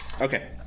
Okay